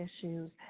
issues